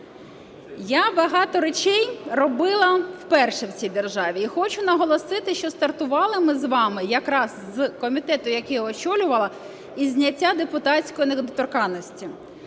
Я багато речей робила вперше в цій державі. І хочу наголосити, що стартували ми з вами якраз в комітеті, який я очолювала, із зняття депутатської недоторканності.